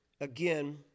again